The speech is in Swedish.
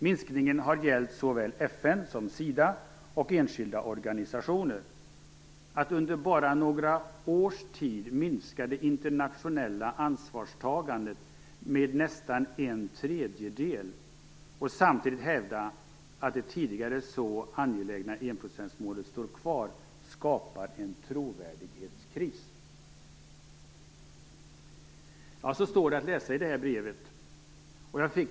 Minskningen har gällt såväl FN som Sida och enskilda organisationer. Att under bara några års tid minska det internationella ansvarstagandet med nästan en tredjedel och samtidigt hävda att det tidigare så angelägna enprocentmålet står kvar, skapar en trovärdighetskris." Så står det att läsa i det här brevet.